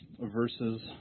verses